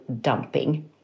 dumping